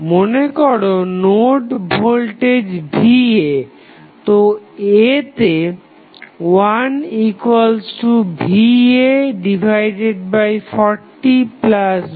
মনেকরো node voltage va